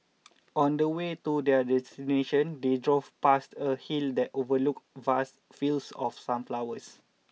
on the way to their destination they drove past a hill that overlooked vast fields of sunflowers